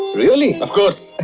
really? of course.